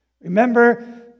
Remember